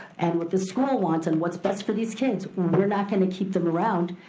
and what the school wants, and what's best for these kids, we're not gonna keep them around.